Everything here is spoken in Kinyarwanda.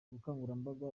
ubukangurambaga